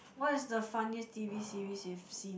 what is the funniest t_v series you've seen